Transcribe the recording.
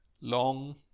long